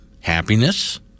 happiness